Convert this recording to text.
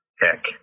heck